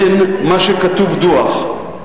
ו-53(32),